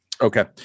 Okay